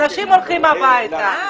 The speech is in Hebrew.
אנשים הולכים הביתה.